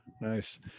Nice